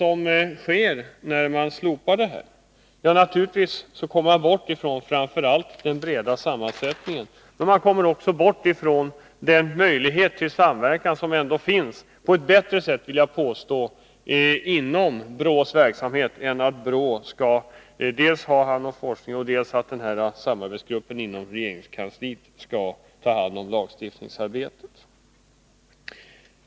Om man avvecklar den här styrgruppen, går man miste om ett organ med just denna breda sammansättning och likaså den möjlighet till samverkan som finns. Jag vill påstå att denna samverkan kan ske på ett bättre sätt inom ramen för BRÅ:s verksamhet än om man splittrar det hela, så att BRÅ skall svara för forskningen och samarbetsgruppen inom regeringskansliet för lagstiftningsarbetet.